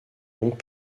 donc